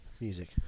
music